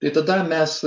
tai tada mes